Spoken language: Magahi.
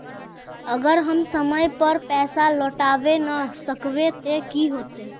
अगर हम समय पर पैसा लौटावे ना सकबे ते की होते?